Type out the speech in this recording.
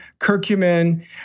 curcumin